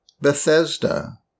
Bethesda